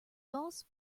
gulls